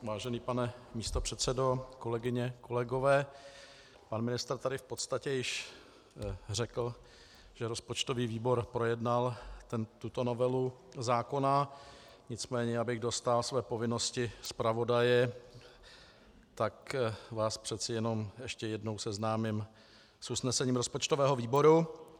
Vážený pane místopředsedo, kolegyně, kolegové, pan ministr tady v podstatě již řekl, že rozpočtový výbor projednal tuto novelu zákona, nicméně abych dostál své povinnosti zpravodaje, tak vás přece jen ještě jednou seznámím s usnesením rozpočtového výboru.